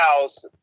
house